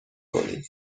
کنین